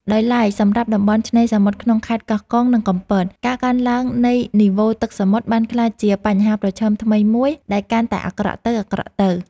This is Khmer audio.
ដោយឡែកសម្រាប់តំបន់ឆ្នេរសមុទ្រក្នុងខេត្តកោះកុង និងកំពត ការកើនឡើងនៃនីវ៉ូទឹកសមុទ្របានក្លាយជាបញ្ហាប្រឈមថ្មីមួយដែលកាន់តែអាក្រក់ទៅៗ។